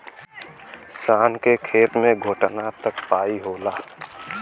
शान के खेत मे घोटना तक पाई होला